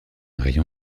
rayon